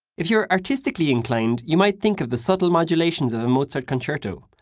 if you are artistically inclined, you might think of the subtle modulations of a mozart concerto,